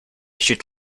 should